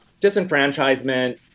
disenfranchisement